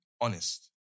honest